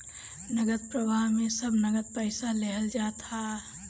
नगद प्रवाह में सब नगद पईसा लेहल जात हअ